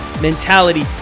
mentality